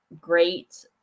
great